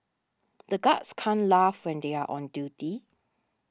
the guards can't laugh when they are on duty